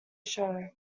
show